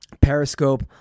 Periscope